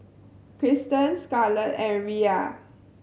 Kristan Scarlett and Riya